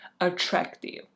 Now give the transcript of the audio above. attractive